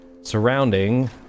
surrounding